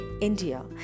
India